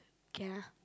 can ah